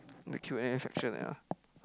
the Q and A section ya